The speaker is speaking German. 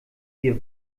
wir